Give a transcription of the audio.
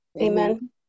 Amen